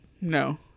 No